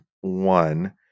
one